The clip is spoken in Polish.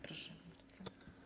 Proszę bardzo.